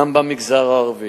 גם במגזר הערבי,